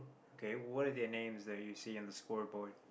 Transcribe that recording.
okay what is their names that you see on the score board